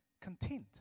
content